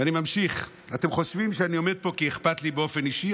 ואני ממשיך: אתם חושבים שאני עומד פה כי אכפת לי באופן אישי?